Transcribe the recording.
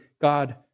God